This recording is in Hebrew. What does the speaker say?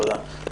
תודה.